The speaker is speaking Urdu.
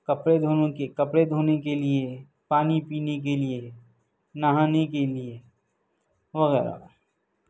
کپڑے دھونے کے کپڑے دھونے کے لیے پانی پینے کے لیے نہانے کے لیے وغیرہ